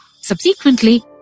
Subsequently